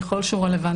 ככל שהוא רלוונטי.